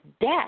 death